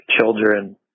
children